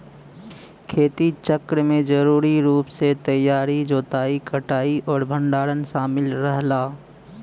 खेती चक्र में जरूरी रूप से तैयारी जोताई कटाई और भंडारण शामिल रहला